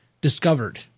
discovered